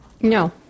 No